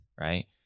Right